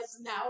now